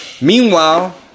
meanwhile